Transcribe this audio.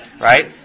right